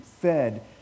fed